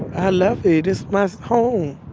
i love it. it's my home.